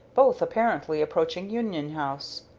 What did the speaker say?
both apparently approaching union house.